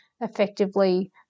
effectively